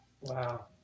Wow